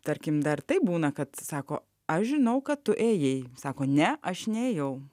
tarkim dar taip būna kad sako aš žinau kad tu ėjai sako ne aš nėjau